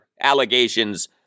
allegations